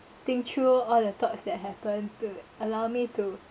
think through all the thoughts that happen to allow me to